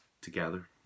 together